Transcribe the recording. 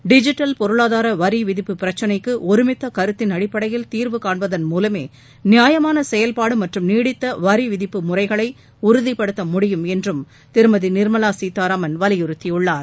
digital பொருளாதார வரிவிதிப்பு பிரச்சினைக்கு ஒருமித்த கருத்தின் அடிப்படையில் தீர்வுகாண்பதன் மூலமே நியாயமான செயல்பாடு மற்றும் நீடித்த வரிவிதிப்பு முறைகளை உறுதிப்படுத்த முடியும் என்றும் திருமதி நிர்மலா சீதாராமன் வலியுறுத்தியுள்ளார்